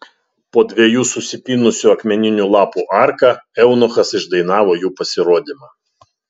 po dviejų susipynusių akmeninių lapų arka eunuchas išdainavo jų pasirodymą